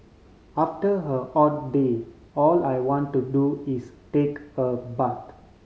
after a hot day all I want to do is take a